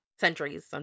centuries